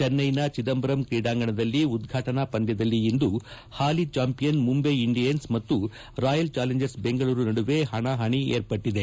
ಚೆನ್ನೈನ ಚಿದಂಬರಂ ಕ್ರೀಡಾಂಗಣದಲ್ಲಿ ಉದ್ಘಾಟನಾ ಪಂದ್ಯದಲ್ಲಿ ಇಂದು ಹಾಲಿ ಚಾಂಪಿಯನ್ ಮುಂಬೈ ಇಂಡಿಯನ್ಸ್ ಮತ್ತು ರಾಯಲ್ ಚಾಲೆಂಜರ್ಸ್ ಬೆಂಗಳೂರು ನಡುವೆ ಪಣಾಪಣಿ ಏರ್ಪಟ್ಟಿದೆ